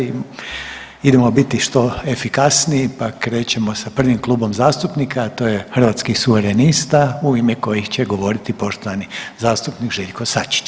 Idemo biti što efikasniji pa krećemo s prvim klubom zastupnika, a to je Hrvatskih suverenista u ime kojih će govoriti poštovani zastupnik Željko SAčić.